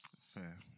Fair